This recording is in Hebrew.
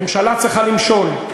ממשלה צריכה למשול,